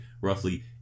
roughly